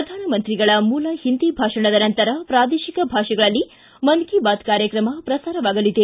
ಪ್ರಧಾನಮಂತ್ರಿಗಳ ಮೂಲ ಹಿಂದಿ ಭಾಷಣದ ನಂತರ ಪ್ರಾದೇಶಿಕ ಭಾಷೆಗಳಲ್ಲಿ ಮನ್ ಕಿ ಬಾತ್ ಕಾರ್ಯಕ್ರಮ ಪ್ರಸಾರವಾಗಲಿದೆ